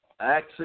Acts